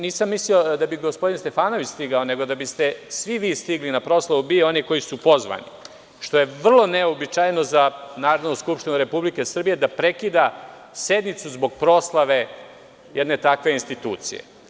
Nisam mislio da bi gospodin Stefanović stigao, nego da biste svi vi stigli na proslavu BIA, oni koji su pozvani, što je vrlo neuobičajeno za Narodnu skupštinu Republike Srbije, da prekida sednicu zbog proslave jedne takve institucije.